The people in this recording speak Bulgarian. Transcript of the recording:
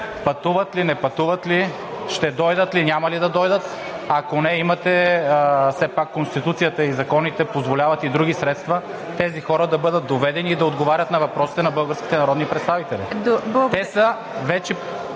пътуват ли, не пътуват ли, ще дойдат ли, няма ли да дойдат? Все пак Конституцията и законите позволяват и други средства тези хора да бъдат доведени и да отговарят на въпросите на българските народни представители. Те са вече